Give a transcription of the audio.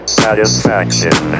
satisfaction